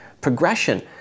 progression